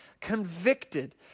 convicted